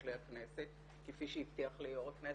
כותלי הכנסת כפי שהבטיח לי יו"ר הכנסת,